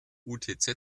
utz